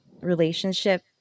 relationship